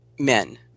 men